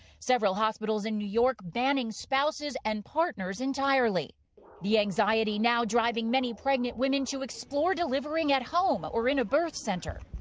several hospitals in new york banning spouses and partners entirely the anxiety now driving many pregnant women to explore delivering at home or in a birth center.